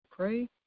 pray